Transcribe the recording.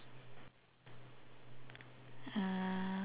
uh